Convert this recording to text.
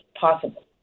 possible